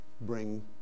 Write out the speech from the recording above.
bring